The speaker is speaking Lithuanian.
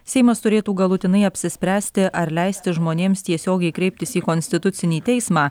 seimas turėtų galutinai apsispręsti ar leisti žmonėms tiesiogiai kreiptis į konstitucinį teismą